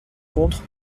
contre